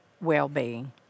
well-being